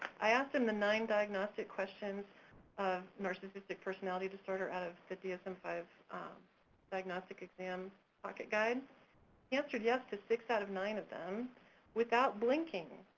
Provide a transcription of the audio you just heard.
i asked him the nine diagnostic questions of narcissistic personality disorder out of the dsm five diagnostic exam pocket guide, he answered yes to six out of nine of them without blinking,